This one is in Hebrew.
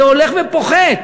זה הולך ופוחת.